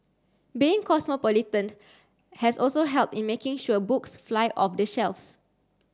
being cosmopolitan has also helped in making sure books fly off the shelves